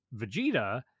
Vegeta